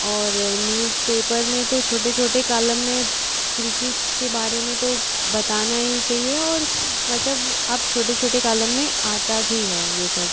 और newspaper में तो छोटे छोटे कॉलम में कृषि के बारे में तो बताना ही चाहिए और मतलब अब छोटे छोटे कालम में आता भी है यह सब